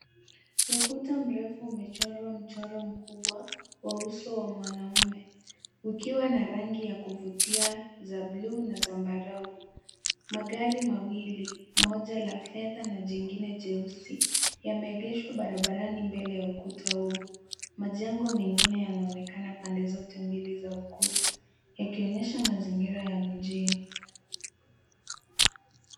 Ukuta mrefu umechorwa mchoro mkubwa wa uso wa mwanaume; ukiwa na rangi ya kuvutia za bluu na zambarau. Magari mawili, moja la fedha na jingine jeusi, yameegeshwa barabarani mbele ya ukuta huu. Majengo mengine yanaonekana pande zote mbili za ukuta, yakionyesha mazingira ya mijini.